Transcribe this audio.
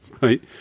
right